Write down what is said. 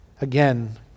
Again